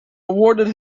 awarded